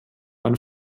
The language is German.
eine